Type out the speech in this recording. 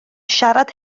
siarad